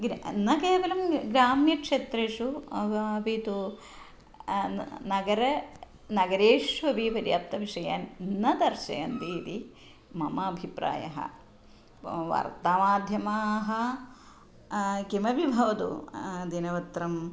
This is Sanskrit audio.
अग्रे न केवलं ग्राम्यक्षेत्रेषु अपि तु नगरं नगरेष्वपि पर्याप्तविषयान् न दर्शयन्ति इति मम अभिप्रायः वा वार्तामाध्यमाः किमपि भवतु दिनत्रयम्